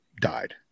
died